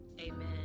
Amen